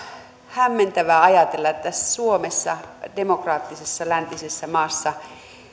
hämmentävää ajatella että suomessa demokraattisessa läntisessä maassa